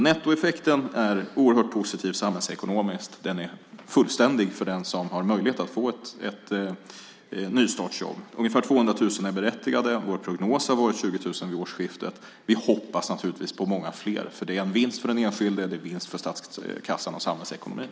Nettoeffekten är oerhört positiv samhällsekonomiskt, och den är fullständig för den som har möjlighet att få ett nystartsjobb. Ungefär 200 000 är berättigade. Vår prognos har varit runt 20 000 vid årsskiftet. Vi hoppas naturligtvis på många fler, för det är en vinst för den enskilde och en vinst för statskassan och samhällsekonomin.